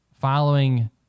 following